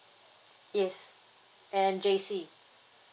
yes and J C